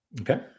Okay